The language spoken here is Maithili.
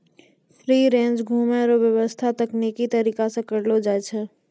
फ्री रेंज घुमै रो व्याबस्था तकनिकी तरीका से करलो जाय छै